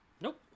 Nope